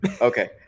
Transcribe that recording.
Okay